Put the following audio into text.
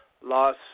loss